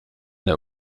der